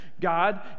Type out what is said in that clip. God